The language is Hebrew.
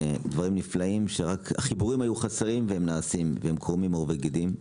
דברים נפלאים שרק החיבורים היו חסרים והם נעשים והם קורמים עור וגידים.